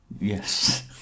Yes